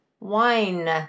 Wine